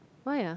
why ah